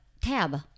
tab